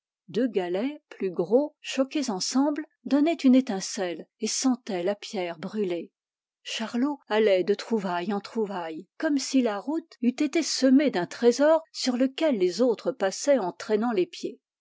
deux galets plus gros choqués ensemble donnaient une étincelle et sentaient la pierre brûlée charlot allait de trouvaille en trouvaille comme si la route eût été semée d'un trésor sur lequel les autres passaient en traînant les pieds